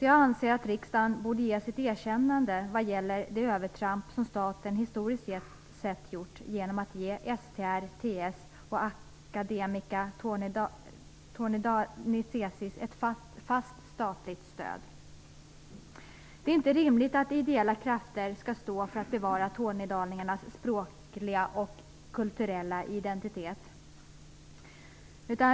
Jag anser att riksdagen borde erkänna de övertramp som staten historiskt sett har gjort genom att ge STR-T och Academia Tornedaliensis ett fast statligt stöd. Det är inte rimligt att ideella krafter skall stå för bevarandet av tornedalingarnas språkliga och kulturella identitet.